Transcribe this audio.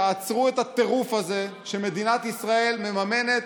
תעצרו את הטירוף הזה שמדינת ישראל מממנת